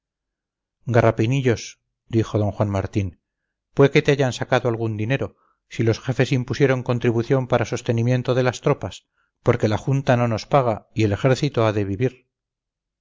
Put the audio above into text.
expresión garrapinillos dijo d juan martín pué que te hayan sacado algún dinero si los jefes impusieron contribución para sostenimiento de las tropas porque la junta no nos paga y el ejército ha de vivir